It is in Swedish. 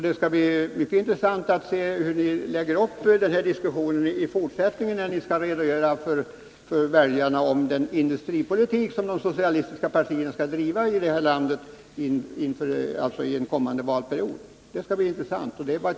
Det skall bli mycket intressant att se hur ni lägger upp den diskussionen i fortsättningen, när ni skall redogöra inför väljarna för den industripolitik som de socialistiska partierna skall driva i det här landet under en kommande valperiod.